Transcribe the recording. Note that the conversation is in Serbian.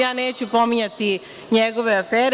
Ja neću pominjati njegove afere.